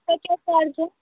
तो उसका क्या चार्ज है